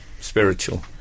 spiritual